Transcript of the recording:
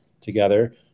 together